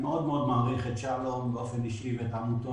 אני מאוד מעריך את שלום באופן אישי ואת העמותות,